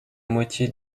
moitié